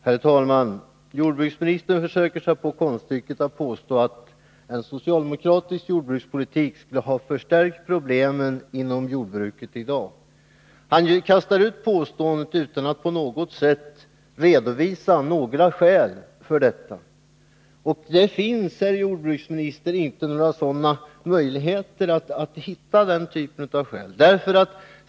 Herr talman! Jordbruksministern försökte sig på konststycket att påstå att en socialdemokratisk jordbrukspolitik skulle ha förstärkt problemen i dagens jordbruk. Han gjorde det påståendet utan att på något sätt redovisa skäl. Det finns, herr jordbruksminister, inte heller någon möjlighet att hitta sådana skäl.